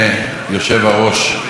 אדוני היושב-ראש,